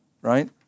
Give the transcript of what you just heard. right